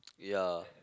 yeah